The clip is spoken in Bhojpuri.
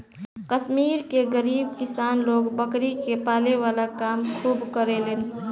कश्मीर के गरीब किसान लोग बकरी के पाले वाला काम खूब करेलेन